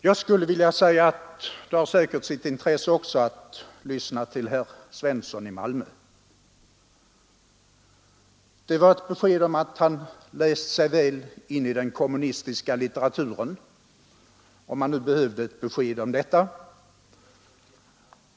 Jag skulle vilja säga att det också har sitt intresse att lyssna till herr Svensson i Malmö. Hans anförande gav besked om att han läst sig väl in i den kommunistiska litteraturen — om man nu behövde ett besked om detta.